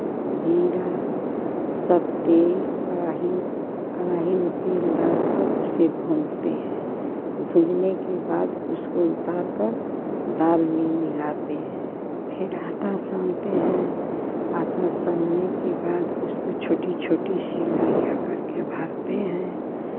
जीरा सब तेल का ही कड़ाही में तेल डाल कर उसे भूनते हैं भूनने के बाद उसको उतार कर दाल में मिलाते हैं फिर आटा सानते हैं आटा सानने के बाद उसको छोटी छोटी सी लोइयाँ करके भरते हैं